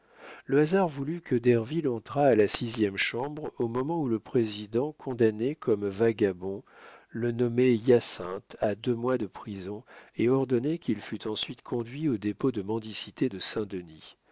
le hasard voulut que derville entrât à la sixième chambre au moment où le président condamnait comme vagabond le nommé hyacinthe à deux mois de prison et ordonnait qu'il fût ensuite conduit au dépôt de mendicité de saint-denis